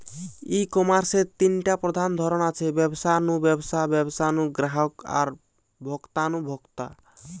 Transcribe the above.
ই কমার্সের তিনটা প্রধান ধরন আছে, ব্যবসা নু ব্যবসা, ব্যবসা নু গ্রাহক আর ভোক্তা নু ভোক্তা